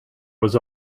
was